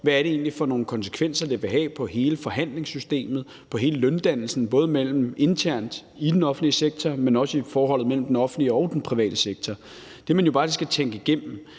hvad det egentlig er for nogle konsekvenser, det vil have for hele forhandlingssystemet, hele løndannelsen, både internt i den offentlige sektor, men også i forholdet mellem den offentlige og den private sektor. Det, man jo bare lige skal tænke igennem,